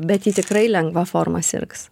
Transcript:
bet ji tikrai lengva forma sirgs